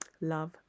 love